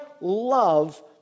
love